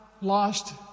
lost